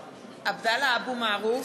(קוראת בשמות חברי הכנסת) עבדאללה אבו מערוף,